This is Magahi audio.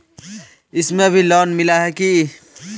इसमें भी लोन मिला है की